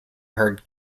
herd